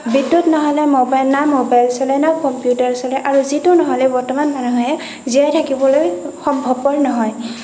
বিদ্যুত নহ'লে না মোবাইল চলে না কম্পিউটাৰ চলে আৰু যিটো নহ'লে বৰ্তমান মানুহে জীয়াই থাকিবলৈ সম্ভৱপৰ নহয়